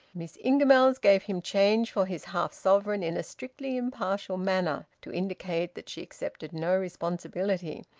miss ingamells gave him change for his half-sovereign in a strictly impartial manner, to indicate that she accepted no responsibility.